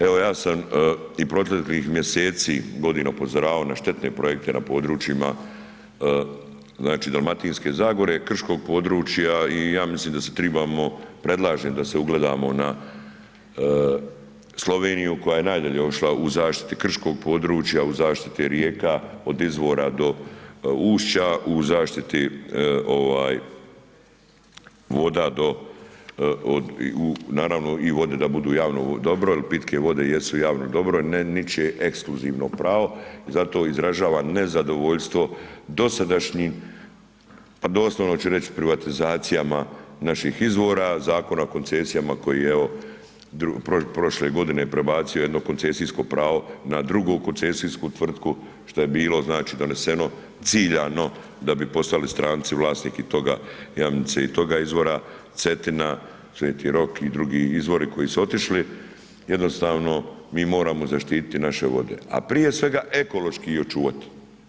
Evo ja sam i proteklih mjeseci, godina, upozoravao na štetne projekte na područjima, znači Dalmatinske zagore, krškog područja i ja mislim da se tribamo, predlažem da se ugledamo na Sloveniju koja je najdalje otišla u zaštiti krškog područja, u zaštiti rijeka od izvora do ušća, u zaštiti voda do, naravno i vode da budu javno dobro jel pitke vode jesu javno dobro, ne ničije ekskluzivno pravo, zato izražavam nezadovoljstvo dosadašnjim, pa doslovno ću reći privatizacijama naših izvora, Zakona o koncesijama koji evo prošle godine prebacio jedno koncesijsko pravo na drugu koncesijsku tvrtku šta je bilo znači doneseno ciljano da bi postali stranci vlasnik i toga Jamnice i toga izvora, Cetina, Sveti Rok i drugi izvori koji su otišli, jednostavno mi moramo zaštiti naše vode, a prije svega ekološki ih očuvat.